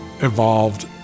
evolved